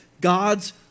God's